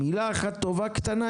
מילה אחת טובה קטנה,